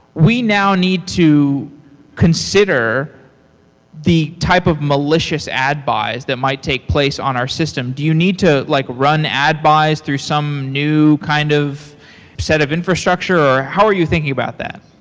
we now need to consider the type of malicious ad buys. that might take place on our system. do you need to like run ad buys through some new kind of set of infrastructure, or how are you thinking about that?